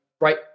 right